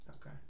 Okay